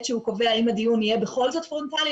שהוא קובע האם הדיון יהיה בכל זאת פרונטלי,